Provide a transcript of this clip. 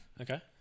Okay